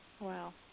Wow